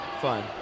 fun